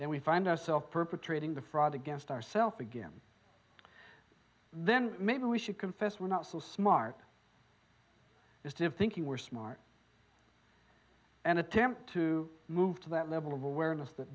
then we find ourselves perpetrating the fraud against our self again then maybe we should confess we're not so smart as to finking we're smart and attempt to move to that level of awareness that